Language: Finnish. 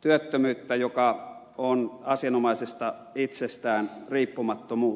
työttömyyttä joka on asianomaisesta itsestään riippumatonta